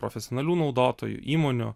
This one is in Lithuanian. profesionalių naudotojų įmonių